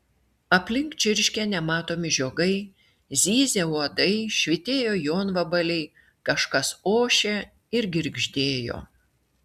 aplink čirškė nematomi žiogai zyzė uodai švytėjo jonvabaliai kažkas ošė ir girgždėjo